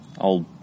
old